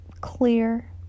clear